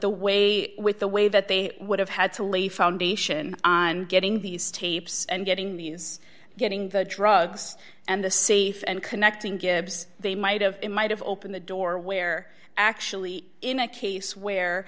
the way with the way that they would have had to lay foundation and getting these tapes and getting these getting the drugs and the safe and connecting gibbs they might have it might have opened the door where actually in a case where